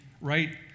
right